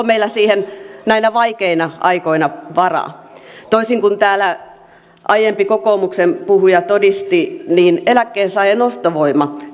meillä siihen näinä vaikeina aikoina varaa toisin kuin täällä aiempi kokoomuksen puhuja todisti niin eläkkeensaajan ostovoima